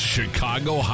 Chicago